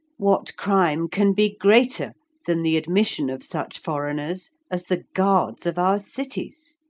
what crime can be greater than the admission of such foreigners as the guards of our cities?